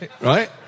right